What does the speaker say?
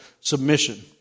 submission